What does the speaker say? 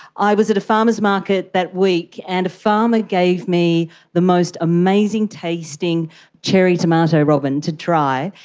i was at a farmers market that week and a farmer gave me the most amazing tasting cherry tomato, robyn, to try,